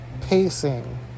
pacing